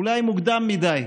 אולי מוקדם מדי,